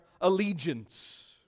allegiance